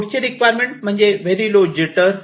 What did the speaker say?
पुढची रिक्वायरमेंट म्हणजे very low jitter